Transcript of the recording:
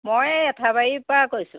মই এই এঠাবাৰীৰপৰা কৈছোঁ